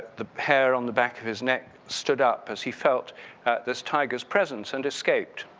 the hair on the back of his neck stood up as he felt this tiger's presence and escaped.